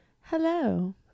Hello